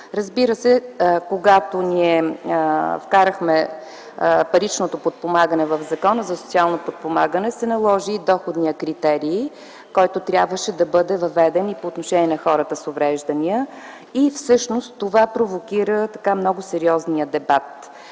подпомагане. Когато ние вкарахме паричното подпомагане в Закона за социално подпомагане, се наложи и доходният критерий, който трябваше да бъде въведен и по отношение на хората с увреждания, и всъщност това провокира много сериозния дебат.